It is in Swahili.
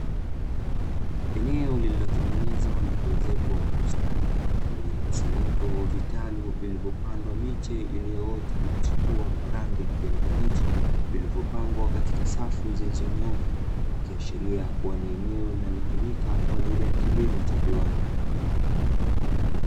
Eneo lilotengenezwa na kuezekwa kwa ustadi, lenye mkusanyiko wa vitalu vilivyopandwa miche iliyoota na kuchipua kwa rangi ya kijani kibichi, vilivypangwa katika safu zilizonyooka ikiashiria kuwa ni eneo linalotumika kwaajili ya kilimo cha viwanda.